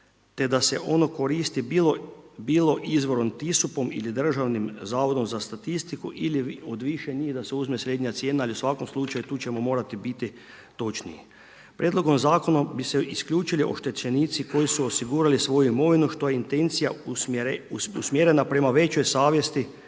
te da se ono koristi bilo izvorom .../Govornik se ne razumije./... ili Državnim zavodom za statistiku ili od više njih da se uzme srednja cijena, ali u svakom slučaju tu ćemo morati biti točniji. Prijedlogom Zakona bi se isključili oštećenici koji su osigurali svoju imovinu što je intencija usmjerena prema većoj savjesti